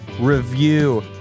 review